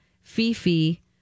Fifi